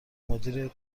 مدیر